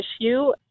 issue